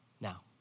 Now